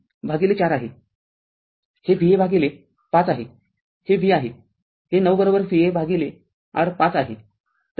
हे Va भागिले r ५ आहेहे V आहे हे r ९ Va भागिले r ५ आहे